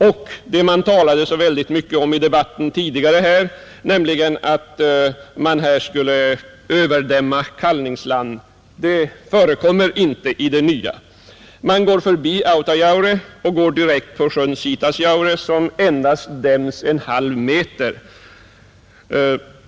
Det som man tidigare talade så mycket om i debatten här, nämligen att man skulle överdämma kalvningsland, förekommer inte i det nya förslaget. Man går förbi Autajaure och går direkt på sjön Sitasjaure som endast dämmes en halv meter.